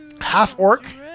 half-orc